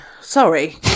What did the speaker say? Sorry